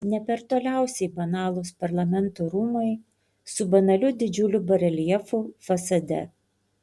ne per toliausiai banalūs parlamento rūmai su banaliu didžiuliu bareljefu fasade